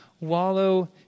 wallow